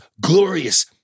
glorious